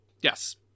Yes